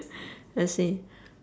let's see